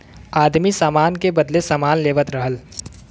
आदमी सामान के बदले सामान लेवत रहल